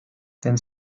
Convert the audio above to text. ten